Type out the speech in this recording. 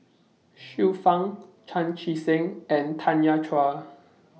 Xiu Fang Chan Chee Seng and Tanya Chua